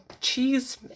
cheese